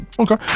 Okay